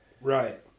Right